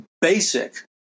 basic